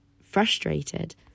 frustrated